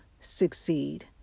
succeed